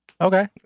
Okay